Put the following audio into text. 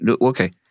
okay